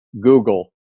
Google